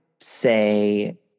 say